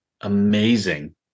amazing